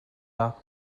law